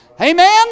Amen